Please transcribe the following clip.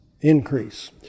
increase